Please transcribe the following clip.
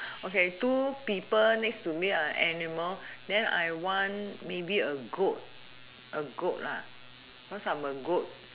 okay two people next to me are animal then I want maybe a goat a goat lah because I'm a goat